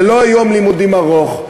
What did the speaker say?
זה לא יום לימודים ארוך,